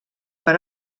per